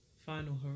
final